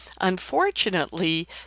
Unfortunately